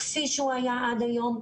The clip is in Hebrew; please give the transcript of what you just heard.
כפי שהוא היה עד היום,